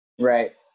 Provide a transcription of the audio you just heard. Right